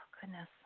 goodness